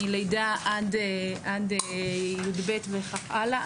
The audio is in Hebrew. מלידה עד י"ב וכך הלאה.